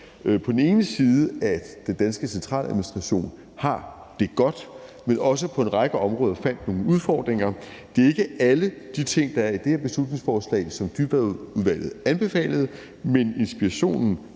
på den ene side fandt, at den danske centraladministration har det godt, men på den anden side også fandt nogle udfordringer på en række områder. Det er ikke alle de ting, der er i det her beslutningsforslag, som Dybvadudvalget anbefalede, men inspirationen